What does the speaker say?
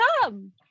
come